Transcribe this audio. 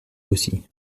aussi